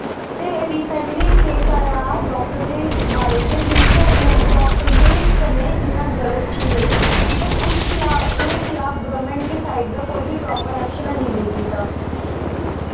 ते रिसैंटली इक केस आया हा डाक्टर दे बारे च जेह्दे च लाइक डाक्टर दे कन्नै इन्ना गल्त चीज होई बट उस खिलाफ ओह्दे खिलाफ गौरमैंट दे साइड दा कोई बी प्रापर ऐक्शन हैन्नी लेई कीता